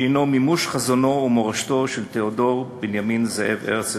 שהוא מימוש חזונו ומורשתו של תיאודור בנימין זאב הרצל,